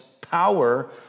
power